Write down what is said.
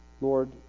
Lord